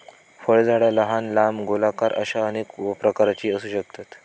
फळझाडा लहान, लांब, गोलाकार अश्या अनेक प्रकारची असू शकतत